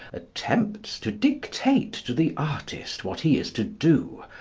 attempts to dictate to the artist what he is to do,